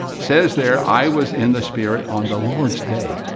says there, i was in the spirit on the lord's day.